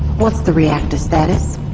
what's the reactor status?